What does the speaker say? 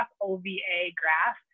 O-V-A-Graph